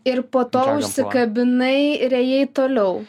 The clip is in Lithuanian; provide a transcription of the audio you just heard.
ir po to užsikabinai ir ėjai toliau